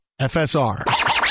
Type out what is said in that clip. FSR